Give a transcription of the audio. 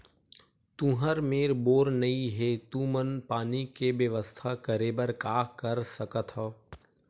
तुहर मेर बोर नइ हे तुमन पानी के बेवस्था करेबर का कर सकथव?